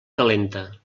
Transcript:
calenta